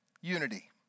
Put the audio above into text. unity